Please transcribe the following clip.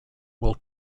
will